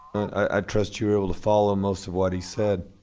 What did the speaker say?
i trust you are able to follow most of what he said.